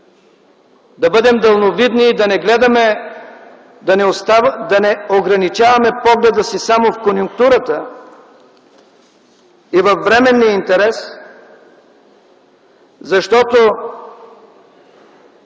Да бъдем далновидни и да не ограничаваме погледа си само в конюнктурата и във временния интерес, защото